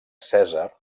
cèsar